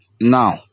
now